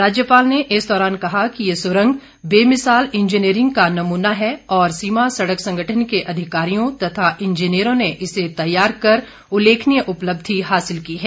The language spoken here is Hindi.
राज्यपाल ने इस दौरान कहा कि ये सुंरग बेमिसाल इंजीनियरिंग का नमूना है और सीमा सड़क संगठन के अधिकारियों तथा इंजीनियरों ने इसे तैयार कर उल्लेखनीय उपलब्धि हासिल की है